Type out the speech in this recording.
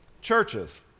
churches